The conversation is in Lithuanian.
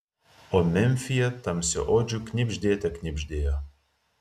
o memfyje tamsiaodžių knibždėte knibždėjo